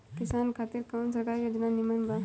किसान खातिर कवन सरकारी योजना नीमन बा?